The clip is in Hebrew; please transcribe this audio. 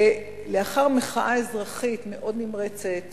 לאחר מחאה אזרחית מאוד נמרצת